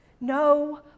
No